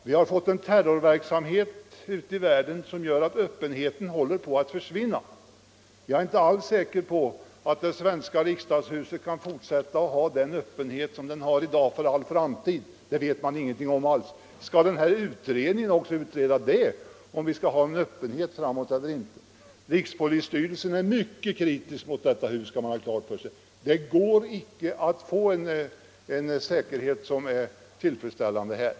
Vi har fått en terrorverksamhet ute i världen som gör att öppenheten håller på att försvinna. Jag är inte alls säker på att det svenska riksdagshuset för all framtid kan fortsätta att ha den öppenhet som vi har i dag. Det vet vi ingenting om. Skall denna beredning också utreda frågan huruvida vi i framtiden skall ha en öppenhet eller inte? Rikspolisstyrelsen är mycket kritisk mot detta hus. Det går inte att här få en tillfredsställande säkerhet.